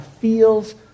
feels